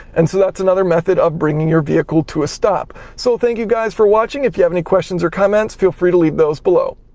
and so that's another method of bringing your vehicle to a stop. so, thank you guys for watching. if you have any questions or comments, feel free to leave those below.